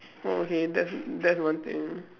okay that that's one thing